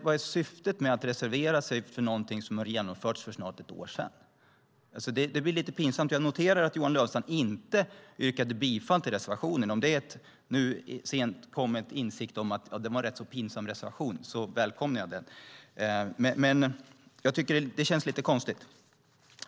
Vad är syftet med att reservera sig mot någonting som har genomförts för snart ett år sedan? Det blir lite pinsamt. Jag noterade att Johan Löfstrand inte yrkade bifall till reservationen. Om det var en senkommen insikt att det var en rätt pinsam reservation välkomnar jag det, men det känns lite konstigt.